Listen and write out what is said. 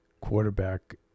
quarterback